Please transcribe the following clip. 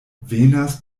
venas